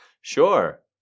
sure